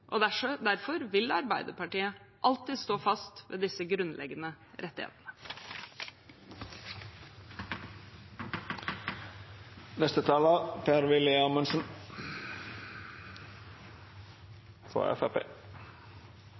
Derfor vil Arbeiderpartiet alltid stå fast ved disse grunnleggende rettighetene.